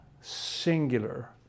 singular